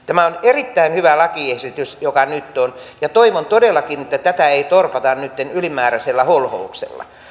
tämä on erittäin hyvä lakiesitys joka nyt on ja toivon todellakin että tätä ei torpata nytten ylimääräisellä holhouksella